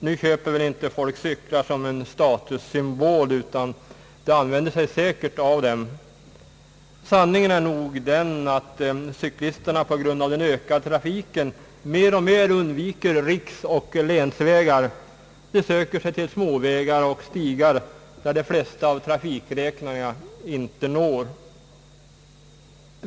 Nu köper väl inte folk cyklar som en statussymbol, utan de använder sig säkert av dem. Sanningen är nog den att cyklisterna på grund av den ökande trafiken mer och mer undviker riksoch länsvägar. De söker sig till småvägar och stigar, dit de flesta av trafikräkningarna inte når.